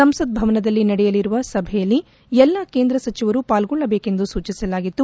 ಸಂಸತ್ ಭವನದಲ್ಲಿ ನಡೆಯಲಿರುವ ಸಭೆಯಲ್ಲಿ ಎಲ್ಲ ಕೇಂದ್ರ ಸಚಿವರು ಪಾಲ್ಗೊಳ್ಳಬೇಕೆಂದು ಸೂಚಿಸಲಾಗಿತ್ತು